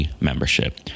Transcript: membership